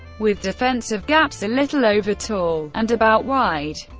with defensive gaps a little over tall, and about wide.